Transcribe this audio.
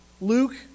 Luke